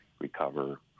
recover